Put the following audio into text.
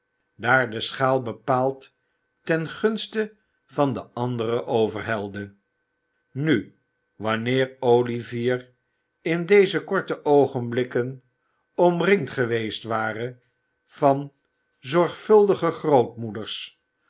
daar de schaal bepaald ten gunste van de andere overhelde nu wanneer olivier in déze korte oogenblikken omringd geweest ware van zorgvuldige grootmoeders